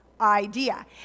idea